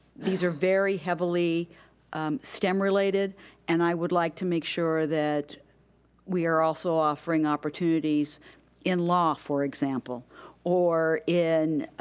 these are very heavily stem related and i would like to make sure that we are also offering opportunities in law for example or in